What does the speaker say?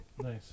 Nice